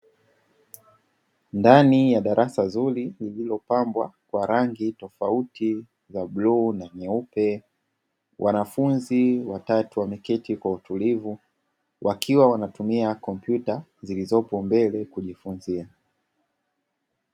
Ndani ya darasa zuri lililopambwa kwa rangi tofauti za bluu na nyeupe, wanafunzi watatu wameketi kwa utulivu wakiwa wanatumia kompyuta zilizoko mbele kujifunzia.